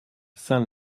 saint